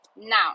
Now